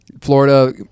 Florida